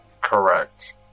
Correct